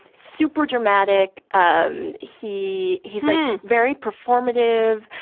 super dramatic. um he he's a very performative.